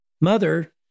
Mother